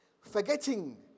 Forgetting